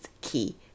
key